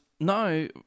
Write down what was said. now